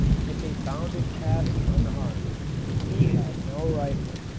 but they bounded past unharmed he had no rifle.